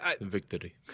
Victory